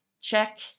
Check